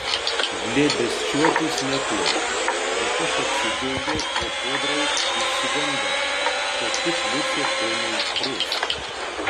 glėbesčiuotis nepuolėme bet aš apsidžiaugiau o podraug išsigandau kad tik liucė ko neiškrėstų